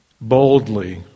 boldly